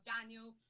Daniel